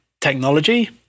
technology